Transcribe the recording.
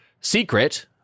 secret